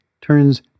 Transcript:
turns